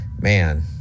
man